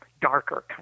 darker